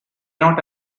not